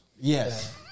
Yes